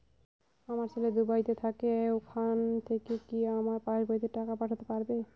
আমার ছেলে দুবাইতে থাকে ওখান থেকে কি আমার পাসবইতে টাকা পাঠাতে পারবে?